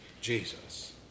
Jesus